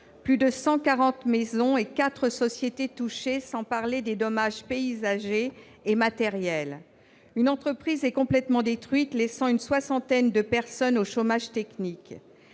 Plus de 140 maisons et quatre sociétés ont été touchées, sans parler des dommages paysagers et matériels. Une entreprise est complètement détruite, ce qui laisse une soixantaine de personnes au chômage technique.